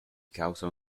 causa